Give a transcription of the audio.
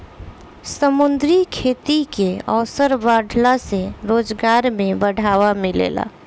समुंद्री खेती के अवसर बाढ़ला से रोजगार में बढ़ावा मिलेला